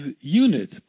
unit